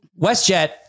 WestJet